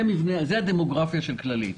זה הדמוגרפיה של כללית.